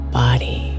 body